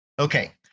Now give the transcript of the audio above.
Okay